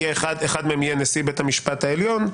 אחד מהם יהיה נשיא בית המשפט העליון,